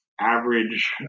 average